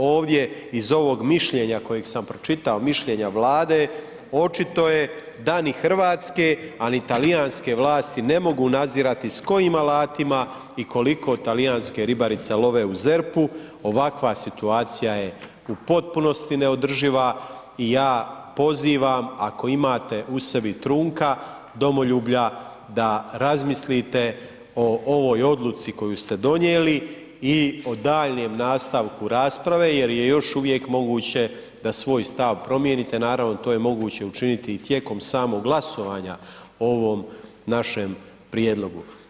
Ovdje iz ovog mišljenja koji sam pročitao, mišljenja Vlade, očito je da ni hrvatske, a ni talijanske vlasti ne mogu nadzirati s kojim alatima i koliko talijanske ribarice love u ZERP-u, ovakva situacija je u potpunosti neodrživa i ja pozivam, ako imate u sebi trunka domoljublja da razmislite o ovoj odluci koju ste donijeli i o daljnjem nastavku rasprave jer je još uvijek moguće da svoj stav promijenite, naravno, to je moguće učiniti i tijekom samog glasovanja o ovom našem prijedlogu.